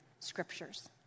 scriptures